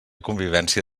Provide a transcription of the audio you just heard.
convivència